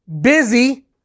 busy